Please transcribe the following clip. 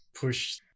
push